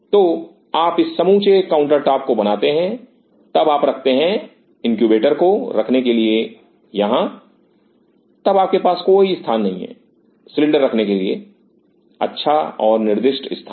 तो आप इस समूचे काउंटर टॉप को बनाते हैं तब आप रखते हैं इनक्यूबेटर को रखने के लिए यहां तब आपके पास कोई स्थान नहीं है सिलेंडर रखने के लिए अच्छा निर्दिष्ट स्थान